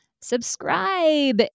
subscribe